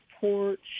porch